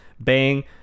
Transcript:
bang